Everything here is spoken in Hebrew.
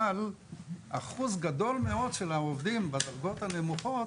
אבל אחוז גדול מאוד של עובדים שמצויים בדרגות הנמוכות,